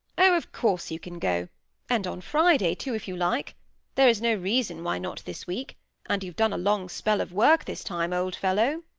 oh, of course you can go and on friday, too, if you like there is no reason why not this week and you've done a long spell of work this time, old fellow